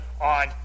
on